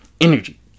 energy